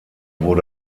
wurde